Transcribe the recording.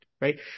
right